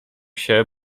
się